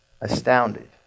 astounded